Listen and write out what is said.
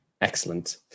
Excellent